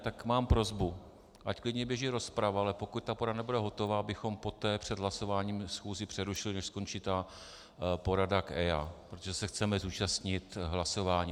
Tak mám prosbu, ať klidně běží rozprava, ale pokud ta porada nebude hotová, abychom poté před hlasováním schůzi přerušili, než skončí ta porada k EIA, protože se chceme zúčastnit hlasování.